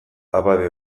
abade